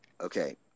Okay